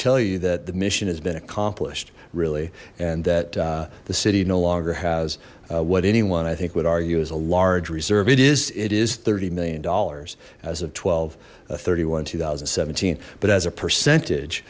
tell you that the mission has been accomplished really and that the city no longer has what anyone i think would argue is a large reserve it is it is thirty million dollars as of twelve thirty one two thousand and seventeen but as a percentage